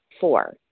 Four